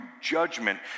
judgment